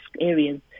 areas